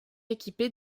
équipé